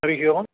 हरिः ओम्